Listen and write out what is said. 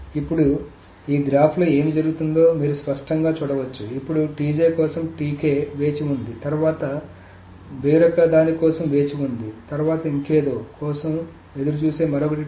ఇప్పుడు ఈ గ్రాఫ్లో ఏమి జరగబోతోందో మీరు స్పష్టంగా చూడవచ్చు ఇప్పుడు కోసం వేచి ఉంది తర్వాత వేరొక దాని కోసం వేచి ఉంది తర్వాత ఇంకేదోకోసం ఎదురుచూసే మరొకటి